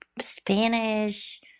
Spanish